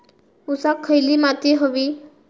ऊसाक खयली माती व्हयी?